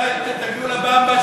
מתי תגיעו ל"במבה"?